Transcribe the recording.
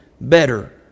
better